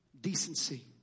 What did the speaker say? decency